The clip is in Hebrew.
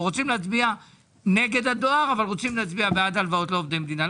או רוצים להצביע נגד הדואר אבל רוצים להצביע בעד הלוואות לעובדי מדינה.